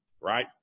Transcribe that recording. right